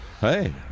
hey